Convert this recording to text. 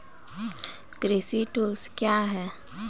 कृषि टुल्स क्या हैं?